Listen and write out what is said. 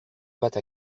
pâte